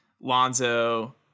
Lonzo